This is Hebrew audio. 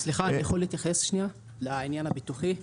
סליחה אני יכול להתייחס שניה לעניין הבטוחי?